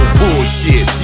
bullshit